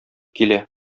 килә